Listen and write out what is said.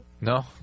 No